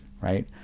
right